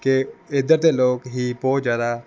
ਕਿ ਇੱਧਰ ਦੇ ਲੋਕ ਹੀ ਬਹੁਤ ਜ਼ਿਆਦਾ